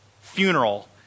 funeral